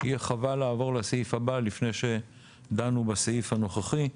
יהיה חבל לעבור לסעיף הבא לפני שדנו בסעיף הנוכחי.